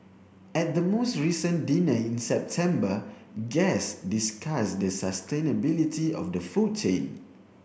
at the most recent dinner in September guest discuss the sustainability of the food chain